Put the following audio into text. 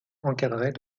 encadrés